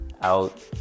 Out